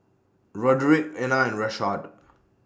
Roderic Ena and Rashaad